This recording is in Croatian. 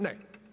Ne.